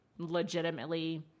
legitimately